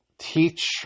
teach